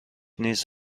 نیز